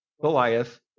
Goliath